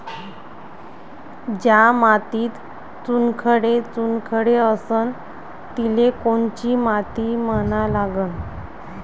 ज्या मातीत चुनखडे चुनखडे असन तिले कोनची माती म्हना लागन?